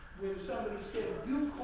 somebody said you